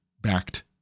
backed